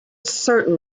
certain